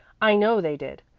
i know they did.